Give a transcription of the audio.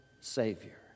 Savior